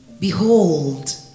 behold